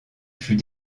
fut